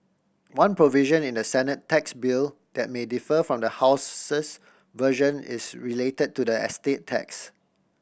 one provision in the Senate tax bill that may differ from the House's version is related to the estate tax